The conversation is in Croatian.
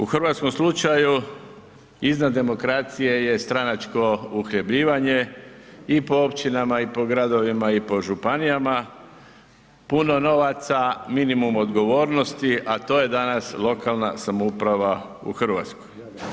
U hrvatskom slučaju iznad demokracije je stranačko uhljebljivanje i po općinama, i po gradovima i po županijama, puno novaca, minimum odgovornosti, a to je danas lokalna samouprava u RH.